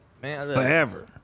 forever